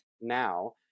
now